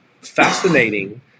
fascinating